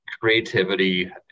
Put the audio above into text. creativity